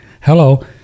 Hello